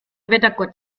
wettergott